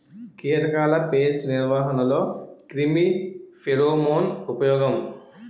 కీటకాల పేస్ట్ నిర్వహణలో క్రిమి ఫెరోమోన్ ఉపయోగం